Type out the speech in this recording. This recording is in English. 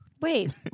Wait